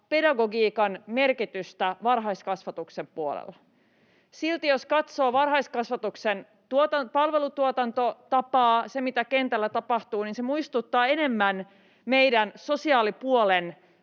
pedagogiikan merkitystä varhaiskasvatuksen puolella. Silti jos katsoo varhaiskasvatuksen palvelutuotantotapaa, sitä mitä kentällä tapahtuu, niin se muistuttaa enemmän meidän sosiaalipuolen